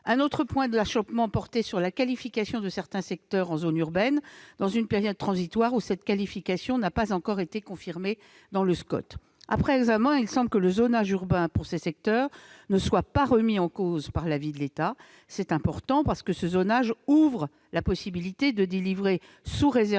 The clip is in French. Un autre point d'achoppement portait sur la qualification de certains secteurs en zones urbaines dans une période transitoire au cours de laquelle cette qualification n'a pas encore été confirmée dans le SCOT. Après examen, il semble que le zonage urbain de ces secteurs ne soit pas remis en cause par l'avis de l'État. C'est un point important, parce que ce zonage ouvre la possibilité de délivrer, sous réserve